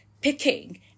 picking